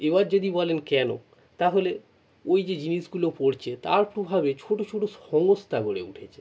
এবার যদি বলেন কেন তাহলে ওই যে জিনিসগুলো পড়ছে তার প্রভাবে ছোটো ছোটো সংস্থা গড়ে উঠেছে